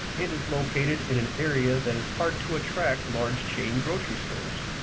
it is located in an area that is hard to attract large chain grocery stores.